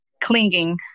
clinging